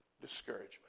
discouragement